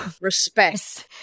respect